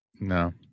No